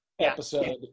Episode